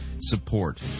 support